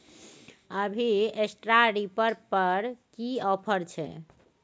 अभी straw reaper पर की ऑफर छै?